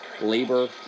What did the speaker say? labor